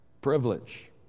privilege